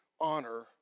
Honor